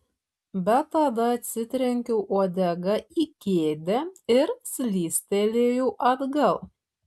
bet tada atsitrenkiau uodega į kėdę ir slystelėjau atgal